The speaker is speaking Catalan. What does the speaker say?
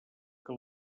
que